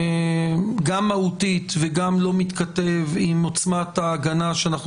גם מהותית וגם לא מתכתב עם עוצמת ההגנה שאנחנו